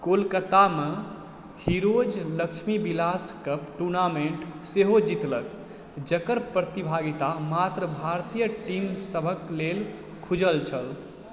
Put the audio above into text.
कोलकातामे heroes Lakshmibilas cup tournament सेहो जितलक जकर प्रतिभागिता मात्र भारतीय टीम सभक लेल खुजल छल